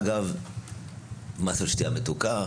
אגב מס על שתייה מתוקה,